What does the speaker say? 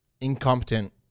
incompetent